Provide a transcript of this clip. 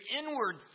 inward